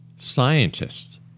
scientists